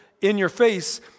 in-your-face